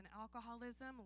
alcoholism